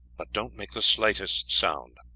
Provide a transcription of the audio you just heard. but don't make the slightest sound.